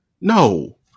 no